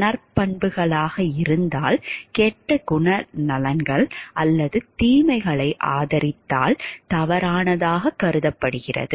நற்பண்புகளாக இருந்தால் கெட்ட குணநலன்கள் அல்லது தீமைகளை ஆதரித்தால் தவறானதாகக் கருதப்படுகிறது